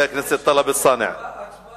הצעה לסדר-היום שמספרה